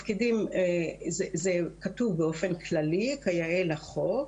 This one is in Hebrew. זה כתוב באופן כללי כיאה לחוק,